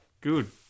good